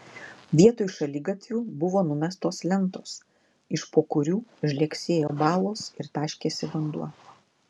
vietoj šaligatvių buvo numestos lentos iš po kurių žlegsėjo balos ir taškėsi vanduo